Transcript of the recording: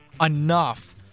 enough